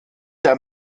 der